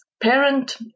parent